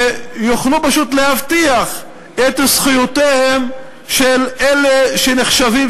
שיוכלו פשוט להבטיח את זכויותיהם של אלה שנחשבים,